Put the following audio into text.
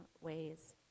ways